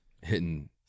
Hitting